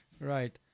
Right